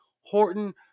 Horton